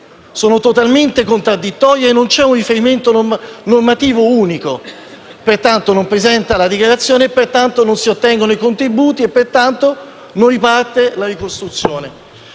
sono totalmente contraddittorie e non c'è un riferimento normativo unico. Pertanto, non presenta la dichiarazione e, pertanto, non si ottengono i contributi e, pertanto, non riparte la ricostruzione.